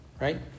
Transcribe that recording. right